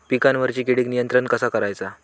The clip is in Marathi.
पिकावरची किडीक नियंत्रण कसा करायचा?